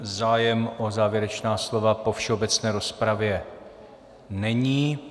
Zájem o závěrečná slova po všeobecné rozpravě není.